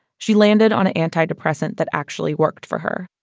she landed on an antidepressant that actually worked for her.